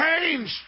change